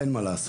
אין מה לעשות,